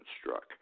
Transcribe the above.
struck